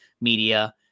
media